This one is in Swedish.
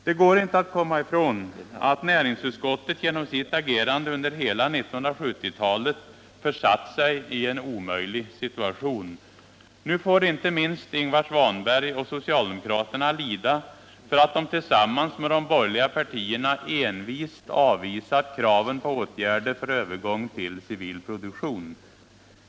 Det går inte att komma ifrån att näringsutskottet genom sitt agerande under hela 1970-talet försatt sig i en omöjlig situation. Nu får inte minst Ingvar Svanberg och socialdemokraterna lida för att de tillsammans med de borgerliga partierna envist avvisat kraven på åtgärder för övergång till civil produktion.